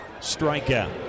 strikeout